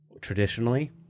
traditionally